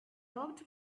locked